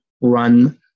run